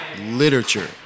literature